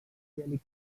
usually